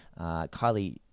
Kylie